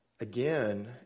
Again